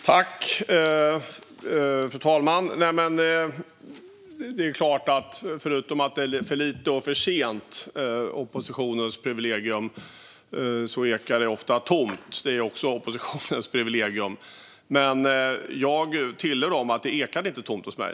Fru talman! Förutom att säga att det är för lite och för sent, vilket är oppositionens privilegium, sägs ofta att det ekar tomt - vilket också är oppositionens privilegium. Jag tillhör dock inte dem som sa att det ekade tomt.